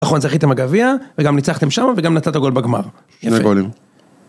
נכון, זכיתם בגביע, וגם ניצחתם שמה וגם נתת גול בגמר, יפה. שני גולים